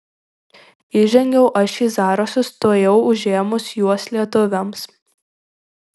įžengiau aš į zarasus tuojau užėmus juos lietuviams